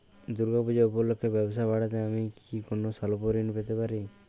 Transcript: দূর্গা পূজা উপলক্ষে ব্যবসা বাড়াতে আমি কি কোনো স্বল্প ঋণ পেতে পারি?